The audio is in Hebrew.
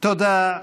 תודה.